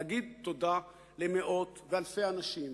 להגיד תודה למאות ולאלפים של אנשים